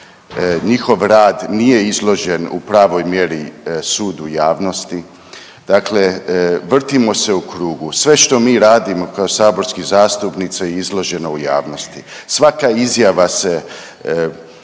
njihov rad nije izložen u pravoj mjeri sudu javnosti, dakle vrtimo se u krugu. Sve što mi radimo kao saborski zastupnici je izloženo u javnosti, svaka izjava se